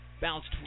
Bounced